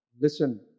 Listen